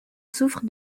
souffre